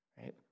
right